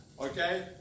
Okay